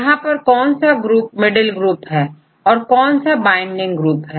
यहां पर कौन सा ग्रुप मिडिल ग्रुप है और कौन सा बाइंडिंग ग्रुप है